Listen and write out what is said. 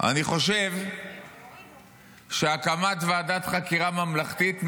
אני חושב שהקמת ועדת חקירה ממלכתית,